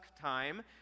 time